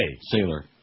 ...sailor